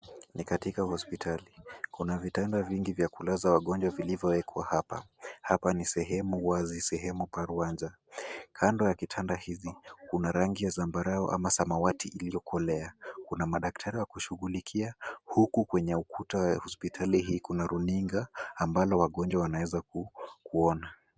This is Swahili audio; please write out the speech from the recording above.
Ni katika hospitali, kuna vitanda vingi vya kulaza wagonjwa vilivyowekwe hapa. Hapa ni sehemu wazi sehemu paruwanja ,kando ya kitanda hizi kuna rangi ya zambarau au samawati iliokolea .Kuna madaktari wakushughulikia, huku kwenye ukuta wenye hospitali hii ,kuna runinga ambayo wagonjwa wanaeza kuona.